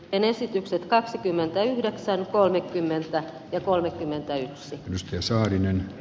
en esitykset kaksikymmentäyhdeksän kolme kymmenystä ja kolmekymmentäyksi m s pia saarinen